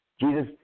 Jesus